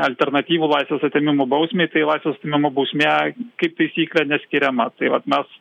alternatyvų laisvės atėmimo bausmei tai laisvės atėmimo bausmė kaip taisyklė neskiriama tai vat mes